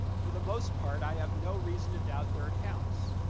for the most part, i have no reason to doubt their accounts.